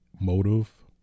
motive